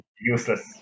useless